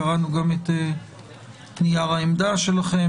קראנו גם את נייר העמדה שלכם,